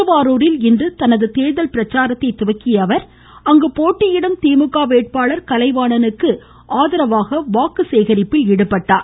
திருவாரூரில் இன்று தனது தேர்தல் பிரச்சாரத்தை தொடங்கிய அவர் அங்கு போட்டியிடும் திமுக வேட்பாளர் கலைவாணனுக்கு ஆதரவாக வாக்கு சேகரிப்பில் ஈடுபட்டார்